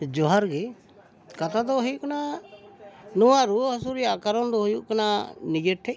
ᱡᱚᱦᱟᱨ ᱜᱮ ᱠᱟᱛᱷᱟ ᱫᱚ ᱦᱩᱭᱩᱜ ᱠᱟᱱᱟ ᱱᱚᱣᱟ ᱨᱩᱣᱟᱹ ᱦᱟᱹᱥᱩ ᱨᱮᱭᱟᱜ ᱠᱟᱨᱚᱱ ᱫᱚ ᱦᱩᱭᱩᱜ ᱠᱟᱱᱟ ᱱᱤᱡᱮᱨ ᱴᱷᱮᱱ